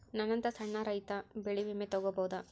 ನನ್ನಂತಾ ಸಣ್ಣ ರೈತ ಬೆಳಿ ವಿಮೆ ತೊಗೊಬೋದ?